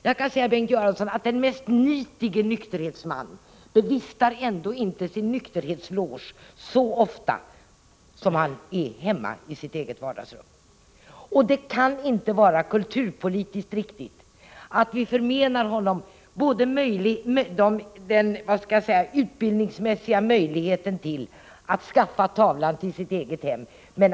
Jag kan, Bengt Göransson, säga att den mest nitiske nykterhetsman ändå inte bevistar sin nykterhetsloge så ofta som han är hemma i sitt eget vardagsrum. Det kan inte vara kulturpolitiskt riktigt att vi förmenar honom den utbildningsmässiga möjligheten att skaffa tavlan till sitt eget hem.